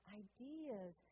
ideas